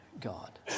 God